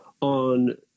on